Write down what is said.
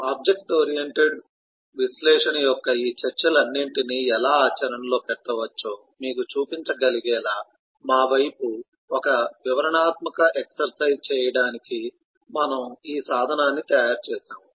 object oriented విశ్లేషణ యొక్క ఈ చర్చలన్నింటినీ ఎలా ఆచరణలో పెట్టవచ్చో మీకు చూపించగలిగేలా మా వైపు ఒక వివరణాత్మక ఎక్సరసైజ్ చేయటానికి మనము ఈ సాధనాన్ని తయారు చేసాము